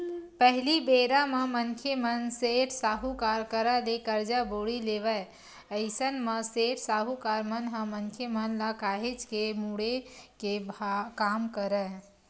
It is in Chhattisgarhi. पहिली बेरा म मनखे मन सेठ, साहूकार करा ले करजा बोड़ी लेवय अइसन म सेठ, साहूकार मन ह मनखे मन ल काहेच के मुड़े के काम करय